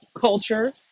culture